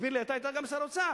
תסביר לי, אתה היית גם שר האוצר,